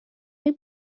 های